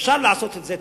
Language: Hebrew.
אפשר לעשות את זה,